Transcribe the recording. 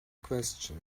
question